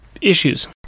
issues